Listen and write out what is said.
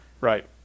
right